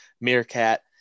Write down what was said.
Meerkat